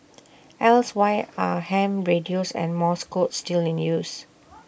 else why are ham radios and morse code still in use